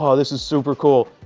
ah this is super cool.